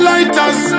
Lighters